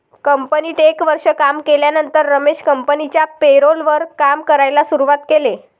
कंपनीत एक वर्ष काम केल्यानंतर रमेश कंपनिच्या पेरोल वर काम करायला शुरुवात केले